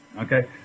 Okay